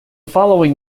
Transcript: following